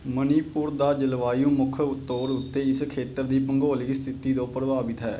ਮਣੀਪੁਰ ਦਾ ਜਲਵਾਯੂ ਮੁੱਖ ਤੌਰ ਉੱਤੇ ਇਸ ਖੇਤਰ ਦੀ ਭੂਗੋਲਿਕ ਸਥਿਤੀ ਤੋਂ ਪ੍ਰਭਾਵਿਤ ਹੈ